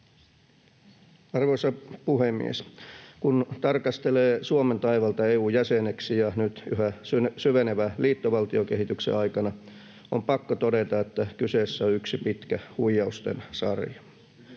Arvoisa puhemies! Kun tarkastelee Suomen taivalta EU:n jäseneksi ja nyt yhä syvenevän liittovaltiokehityksen aikana, on pakko todeta, että kyseessä on yksi pitkä huijausten sarja.